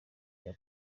rya